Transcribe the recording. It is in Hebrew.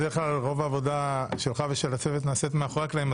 בדרך כלל רוב העבודה שלך ושל הצוות נעשית מאחורי הקלעים,